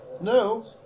No